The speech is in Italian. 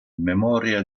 memoria